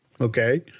Okay